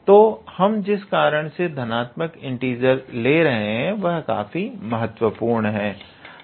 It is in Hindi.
तो हम जिस कारण से धनात्मक इंटीजर ले रहे हैं वह काफी मुख्य बिंदु है